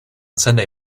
sunday